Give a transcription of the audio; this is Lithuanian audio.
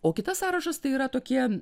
o kitas sąrašas tai yra tokie